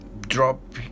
drop